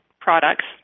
products